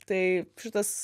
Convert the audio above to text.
tai šitas